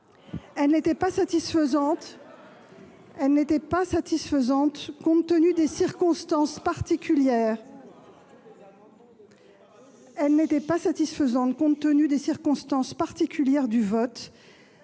Elles n'étaient pas satisfaisantes compte tenu des circonstances particulières du vote.